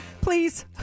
Please